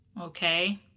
Okay